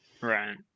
Right